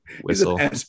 whistle